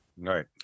Right